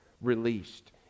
released